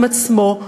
עם עצמו,